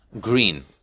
green